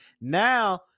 now